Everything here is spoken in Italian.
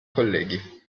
colleghi